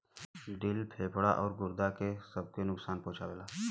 दिल फेफड़ा आउर गुर्दा सब के नुकसान पहुंचाएला